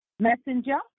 Messenger